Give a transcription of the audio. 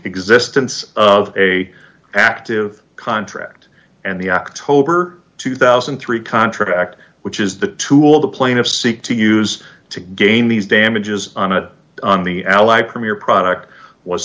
existence of a active contract and the october two thousand and three contract which is the tool the plaintiffs seek to use to gain these damages on it on the ally premier product was